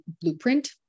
blueprint